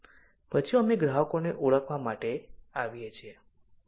પછી અમે ગ્રાહકોને ઓળખવા માટે આવીએ છીએ